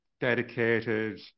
dedicated